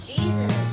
Jesus